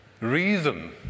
reason